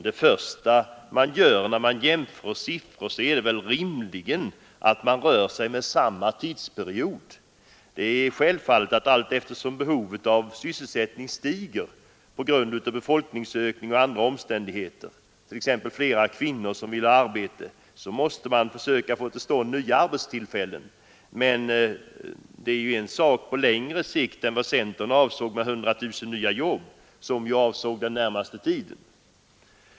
Det första man gör vid jämförelse av siffror är väl rimligen att konstatera att det rör sig om samma tidsperiod. Allteftersom behovet av sysselsättning stiger på grund av befolkningsökning och andra omständigheter, t.ex. flera kvinnor som vill ha arbete, är det självfallet att man måste få till stånd nya arbetstillfällen. Detta är emellertid en sak på längre sikt och inte den centern avsåg med 100 000 nya jobb, något som gällde den närmaste tiden.